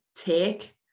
take